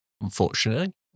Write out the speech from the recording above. Unfortunately